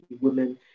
women